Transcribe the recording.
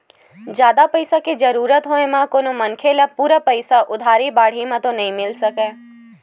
जादा पइसा के जरुरत होय म कोनो मनखे ल पूरा पइसा उधारी बाड़ही म तो नइ मिल सकय